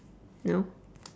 no